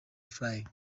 flying